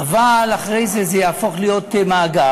אבל אחרי זה זה יהפוך להיות מאגר.